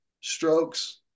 strokes